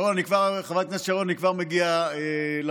צריך לחלט להם את הכספים, אדוני השר.